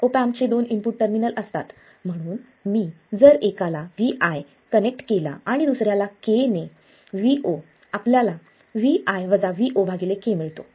op एम्पचे दोन input terminal असतात म्हणून मी जर एकाला Vi कनेक्ट केला आणि दुसऱ्याला k ने Vo आपल्याला Vi Vo k मिळतो